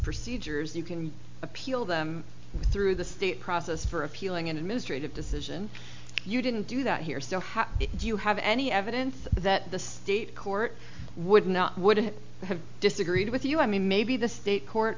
procedures you can appeal them through the process for appealing administrative decision you didn't do that here so how do you have any evidence that the state court would not would have disagreed with you i mean maybe the state court